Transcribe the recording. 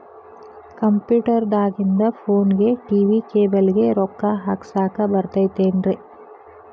Computer ದಾಗಿಂದ್ ಫೋನ್ಗೆ, TV cable ಗೆ, ರೊಕ್ಕಾ ಹಾಕಸಾಕ್ ಬರತೈತೇನ್ರೇ?